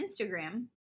Instagram